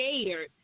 scared